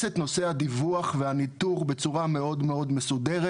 את נושא הדיווח והניתור בצורה מאוד מאוד מסודרת.